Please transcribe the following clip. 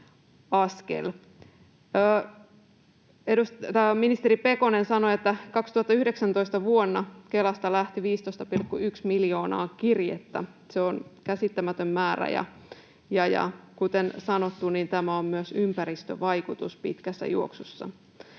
Ministeri Pekonen sanoi, että vuonna 2019 Kelasta lähti 15,1 miljoonaa kirjettä. Se on käsittämätön määrä, ja kuten sanottu, tämä on myös ympäristövaikutus pitkässä juoksussa.